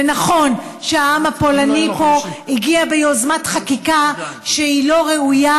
ונכון שהעם הפולני הגיע פה ביוזמת חקיקה שהיא לא ראויה,